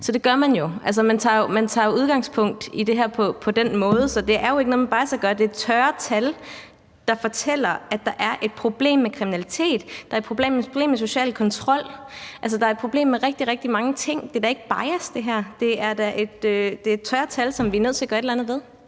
Så man tager jo udgangspunkt i det her på den måde. Så det har ikke noget med bias at gøre. Det er tørre tal, der fortæller, at der er et problem med kriminalitet, og at der er et problem med social kontrol. Der er et problem med rigtig, rigtig mange ting. Det her er da ikke bias. Det er tørre tal, som vi er nødt til at gøre et eller andet ved.